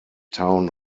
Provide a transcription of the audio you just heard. town